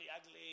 ugly